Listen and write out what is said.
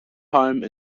home